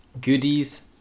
Goodies